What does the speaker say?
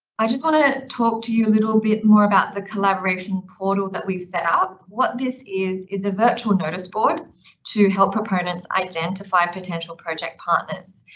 i just want to talk to you a little bit more about the collaboration portal that we've set up. what this is, is a virtual notice board to help proponents identify potential project partners.